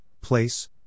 place